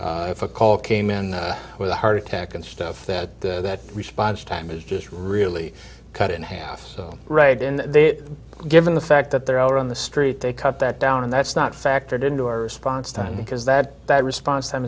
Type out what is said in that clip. guess if a call came in with a heart attack and stuff that that response time is just really cut in half so right in there given the fact that they're on the street they cut that down and that's not factored into our response time because that that response time